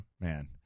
Man